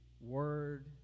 Word